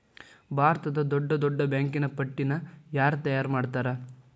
ಭಾರತದ್ದ್ ದೊಡ್ಡ್ ದೊಡ್ಡ್ ಬ್ಯಾಂಕಿನ್ ಪಟ್ಟಿನ ಯಾರ್ ತಯಾರ್ಮಾಡ್ತಾರ?